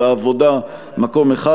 העבודה: מקום אחד.